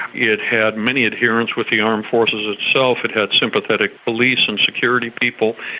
it had many adherents with the armed forces itself, it had sympathetic police and security people.